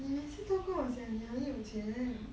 你每次都跟我说你很有钱